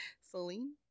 Celine